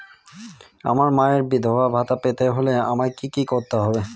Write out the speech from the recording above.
আমার মায়ের বিধবা ভাতা পেতে হলে আমায় কি কি করতে হবে?